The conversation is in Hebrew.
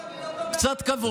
קצת כבוד.